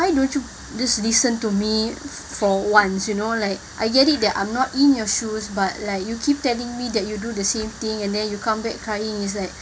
why don't you just listen to me for once you know like I get it that I'm not in your shoes but like you keep telling me that you do the same thing and then you come back crying is like